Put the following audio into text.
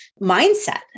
mindset